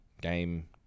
game